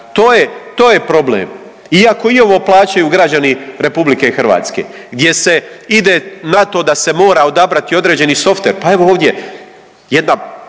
To je problem, iako i ovo plaćaju građani RH gdje se ide na to da se mora odabrati određeni softver. Pa evo ovdje jedna